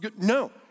no